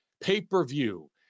pay-per-view